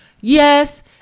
Yes